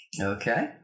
Okay